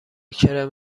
کرم